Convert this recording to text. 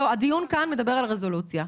הדיון כאן מדבר על רזולוציה.